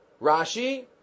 Rashi